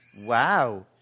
Wow